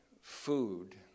food